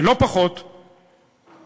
ולא פחות נכון